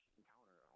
encounter